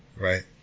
right